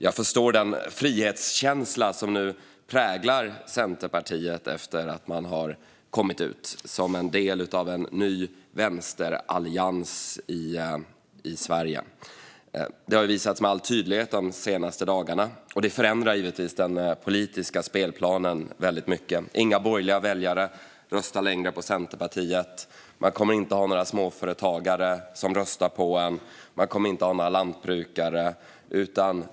Jag förstår den frihetskänsla som nu präglar Centerpartiet efter att man kommit ut som en del av en ny vänsterallians i Sverige. Det har visats med all tydlighet de senaste dagarna, och det förändrar givetvis den politiska spelplanen väldigt mycket. Inga borgerliga väljare röstar längre på Centerpartiet. Man kommer inte att ha några småföretagare som röstar på en och inte heller några lantbrukare.